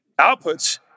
Outputs